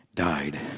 Died